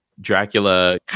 dracula